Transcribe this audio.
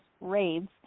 raids